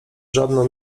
żadną